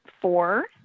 four